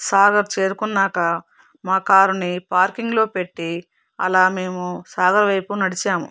సాగర్ చేరుకున్నాక మా కారుని పార్కింగ్లో పెట్టి అలా మేము సాగర్ వైపుకు నడిచాము